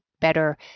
better